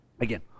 Again